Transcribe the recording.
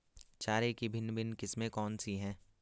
चारे की भिन्न भिन्न किस्में कौन सी हैं?